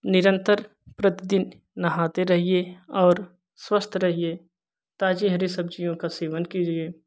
निरंतर प्रतिदिन नहाते रहिए और स्वस्थ रहिए ताज़ी हरी सब्जियों का सेवन कीजिए